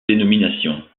dénomination